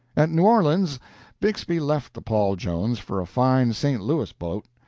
at new orleans bixby left the paul jones for a fine st. louis boat,